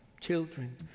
children